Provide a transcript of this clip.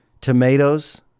Tomatoes